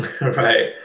Right